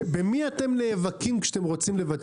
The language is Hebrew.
במי אתם נאבקים כשאתם רוצים לבטל את הערך הצבור?